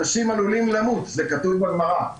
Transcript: אנשים עלולים למות, זה כתוב בגמרא,